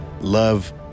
love